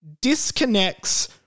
disconnects